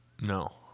No